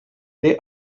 they